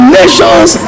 nations